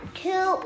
two